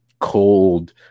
cold